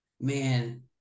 man